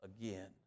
again